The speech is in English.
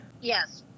Yes